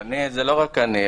זה לא רק אני,